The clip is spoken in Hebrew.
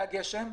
היה גשם,